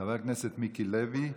חבר הכנסת מיקי לוי,